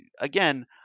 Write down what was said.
again